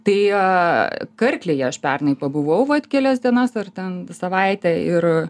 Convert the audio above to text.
tai e karklėje aš pernai pabuvau vat kelias dienas ar ten savaitę ir